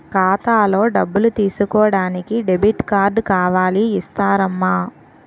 ఖాతాలో డబ్బులు తీసుకోడానికి డెబిట్ కార్డు కావాలి ఇస్తారమ్మా